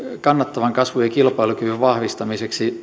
kannattavan kasvun ja kilpailukyvyn vahvistamiseksi